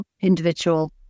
individual